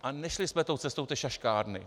A nešli jsme tou cestou té šaškárny.